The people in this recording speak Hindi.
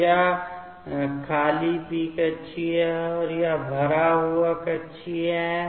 तो यह खाली p कक्षीय है और यह भरा हुआ कक्षीय है